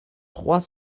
trois